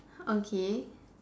okay